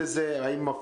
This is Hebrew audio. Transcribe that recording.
האם הארגונים מודעים לזה?